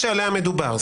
ההנחה שאומרת